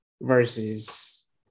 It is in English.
versus